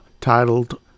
titled